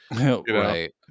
right